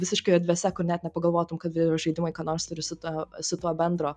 visiškai erdvėse kur net nepagalvotum kad ir žaidimai ką nors turi su ta su tuo bendro